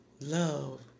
Love